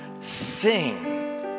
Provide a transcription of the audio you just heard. Sing